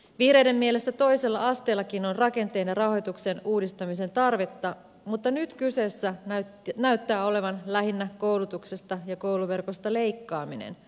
vihreiden mielestä toisella asteellakin on rakenteen ja rahoituksen uudistamisen tarvetta mutta nyt kyseessä näyttää olevan lähinnä koulutuksesta ja kouluverkosta leikkaaminen